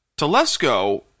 Telesco